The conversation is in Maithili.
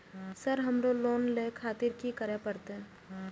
सर हमरो लोन ले खातिर की करें परतें?